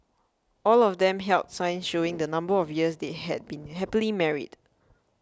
all of them held signs showing the number of years they had been happily married